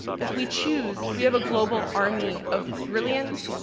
if we choose, we have a global army of brilliant,